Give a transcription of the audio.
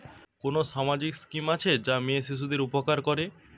কোন সামাজিক স্কিম আছে যা মেয়ে শিশুদের উপকার করে?